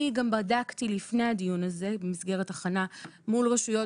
במסגרת ההכנה אני בדקתי לפני הדיון הזה מול רשויות